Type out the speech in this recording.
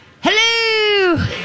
hello